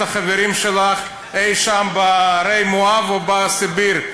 החברים שלך אי-שם בהרי מואב או בסיביר.